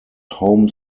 home